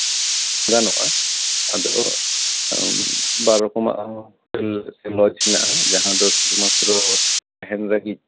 ᱜᱟᱱᱚᱜᱼᱟ ᱟᱫᱚ ᱵᱟᱨ ᱨᱚᱠᱚᱢᱟᱜ ᱦᱚᱸ ᱦᱳᱴᱮᱞ ᱥᱮ ᱞᱚᱡᱽ ᱦᱮᱱᱟᱜᱼᱟ ᱡᱟᱦᱟᱸ ᱫᱚ ᱥᱩᱫᱩ ᱢᱟᱛᱨᱚ ᱛᱟᱦᱮᱱ ᱞᱟᱹᱜᱤᱫ